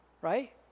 Right